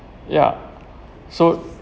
yeah so